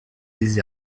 des